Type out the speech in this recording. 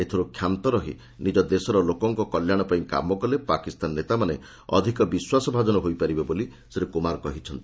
ଏଥିରୁ କ୍ଷାନ୍ତ ରହି ନିଜ ଦେଶର ଲୋକଙ୍କ କଲ୍ୟାଣ ପାଇଁ କାମ କଲେ ପାକିସ୍ତାନ ନେତାମାନେ ଅଧିକ ବିଶ୍ୱାସଭାଜନ ହୋଇପାରିବେ ବୋଲି ଶ୍ରୀ କୁମାର କହିଚ୍ଛନ୍ତି